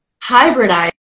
hybridized